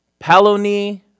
paloni